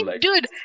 Dude